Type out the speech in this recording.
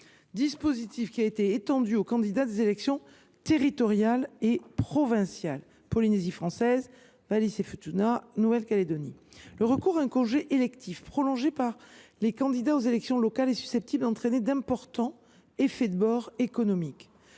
dispositif qui a été étendu aux candidats aux élections territoriales et provinciales en Polynésie française, à Wallis et Futuna et en Nouvelle Calédonie. Le recours à un congé électif prolongé par les candidats aux élections locales est susceptible d’entraîner d’importants effets de bord économiques